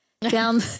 down